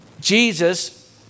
Jesus